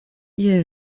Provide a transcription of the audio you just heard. ihr